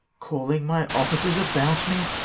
calling my officers about me,